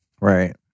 Right